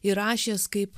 įrašęs kaip